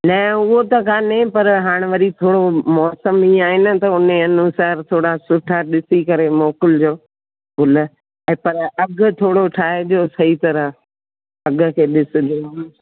न उहो त काने पर हाणे वरी थोरो मौसमु इहो आहे न त हुन अनुसार थोरा सुठा ॾिसी करे मोकिलिजो गुल ऐं पर अघु थोरो ठाहिजो सही तरह अघु खे ॾिसिजो